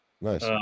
nice